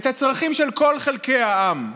את הצרכים של כל חלקי העם,